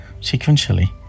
sequentially